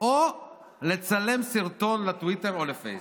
או לצלם סרטון לטוויטר או לפייסבוק.